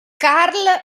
karl